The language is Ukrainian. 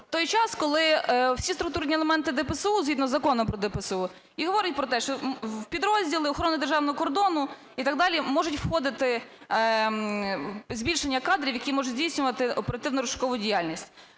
той час, коли всі структурні елементи ДПСУ, згідно Закону про ДПСУ, і говорить про те, що в підрозділи охорони державного кордону і так далі можуть входити… збільшення кадрів, які можуть здійснювати оперативно-розшукову діяльність.